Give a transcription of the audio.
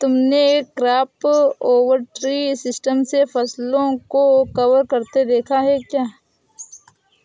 तुमने crop over tree system से फसलों को कवर करते देखा है क्या?